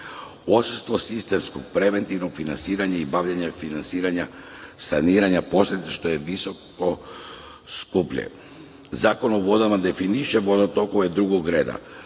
odsustvo sistemskog preventivnog finansiranja i bavljenja finansiranje saniranja posledica, što je mnogo skuplje. Zakon o vodama definiše vodotokove drugog reda